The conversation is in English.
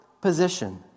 position